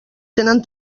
tenen